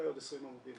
אולי עוד 20 עמודים,